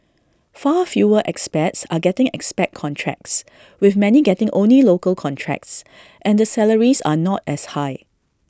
far fewer expats are getting expat contracts with many getting only local contracts and the salaries are not as high